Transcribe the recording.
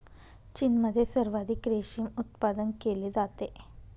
चीनमध्ये सर्वाधिक रेशीम उत्पादन केले जाते